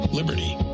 liberty